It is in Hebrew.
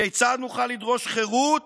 כיצד נוכל לדרוש חירות